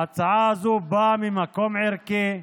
ההצעה הזו באה ממקום ערכי.